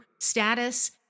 status